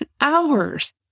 hours